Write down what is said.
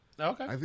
Okay